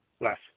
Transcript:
Less